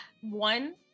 One